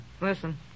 Listen